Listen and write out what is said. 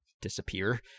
disappear